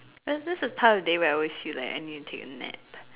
that is the part of the day when I feel like I need to take a nap